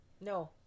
No